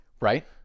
Right